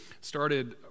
started